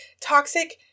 toxic